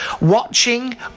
watching